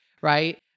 Right